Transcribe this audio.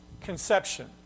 Conception